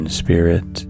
spirit